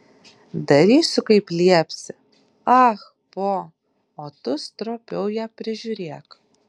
darysiu kaip liepsi ah po o tu stropiau ją prižiūrėk